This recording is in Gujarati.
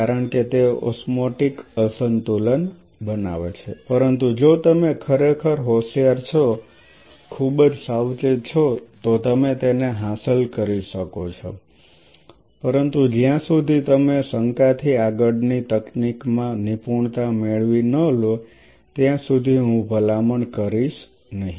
કારણ કે તે ઓસ્મોટિક અસંતુલન બનાવે છે પરંતુ જો તમે ખરેખર હોશિયાર છો ખૂબ જ સાવચેત છો તો તમે તેને હાંસલ કરી શકો છો પરંતુ જ્યાં સુધી તમે શંકાથી આગળની તકનીકમાં નિપુણતા મેળવી ન લો ત્યાં સુધી હું ભલામણ કરીશ નહીં